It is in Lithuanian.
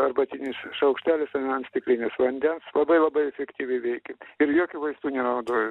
arbatinis šaukštelis an stiklinės vandens labai labai efektyviai veikia ir jokių vaistų nenaudoju